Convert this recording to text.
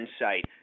insight